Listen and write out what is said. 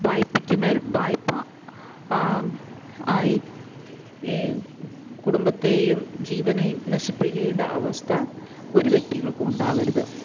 വായ്പ്പയ്ക്ക് മേൽ വായ്പ ആയി ഈ കുടുംബത്തേയും ജീവനേയും നശിപ്പിക്കേണ്ട അവസ്ഥ ഒരു വ്യക്തികൾക്കും ഉണ്ടാകരുത്